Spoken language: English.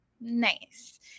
Nice